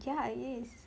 yeah it is